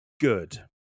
good